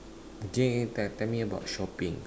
okay tell tell me about shopping